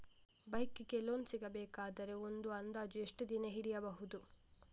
Bike ಗೆ loan ಸಿಗಬೇಕಾದರೆ ಒಂದು ಅಂದಾಜು ಎಷ್ಟು ದಿನ ಹಿಡಿಯಬಹುದು?